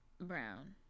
Brown